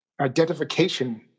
identification